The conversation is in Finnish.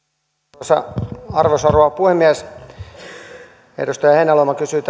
arvoisa arvoisa rouva puhemies edustaja heinäluoma kysyi